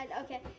okay